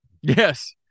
yes